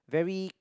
very